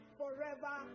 forever